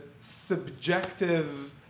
subjective